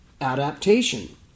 adaptation